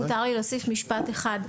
אם מותר לי להוסיף משפט אחד.